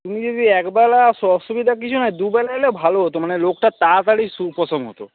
তুমি যদি এক বেলা আস অসুবিধা কিছু নাই দুবেলা এলে ভালো হত মানে রোগটা তাড়াতাড়ি উপশম হত